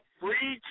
free